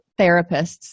therapists